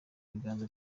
biganza